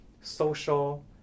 social